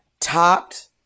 topped